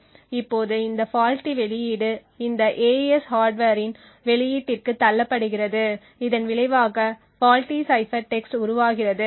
இப்போது இந்த ஃபால்ட்டி வெளியீடு இந்த AES ஹார்ட்வர் இன் வெளியீட்டிற்கு தள்ளப்படுகிறது இதன் விளைவாக ஃபால்ட்டி சைபர் டெக்ஸ்ட் உருவாகிறது